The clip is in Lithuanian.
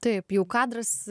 taip jau kadras